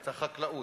את החקלאות,